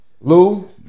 Lou